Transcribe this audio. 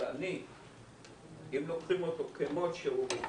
אבל אם לוקחים אותו כמות שהוא,